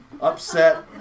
upset